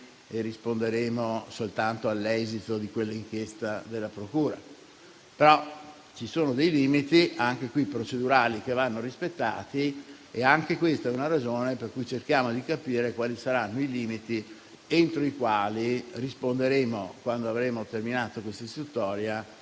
e risponderemo soltanto all'esito di quell'inchiesta della procura; tuttavia vi sono dei limiti anche in questo caso procedurali che vanno rispettati e anche questa è una ragione per cui cerchiamo di capire quali saranno i limiti entro i quali risponderemo, quando avremo terminato quest'istruttoria,